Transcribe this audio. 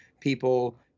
people